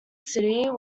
city